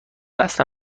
اصلا